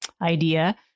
idea